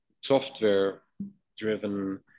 software-driven